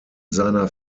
seiner